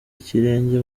ikirenge